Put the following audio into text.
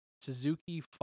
Suzuki